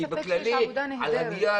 כי באופן כללי על הנייר